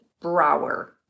Brower